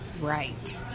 Right